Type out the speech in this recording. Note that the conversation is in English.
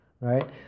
Right